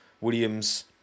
Williams